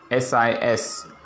SIS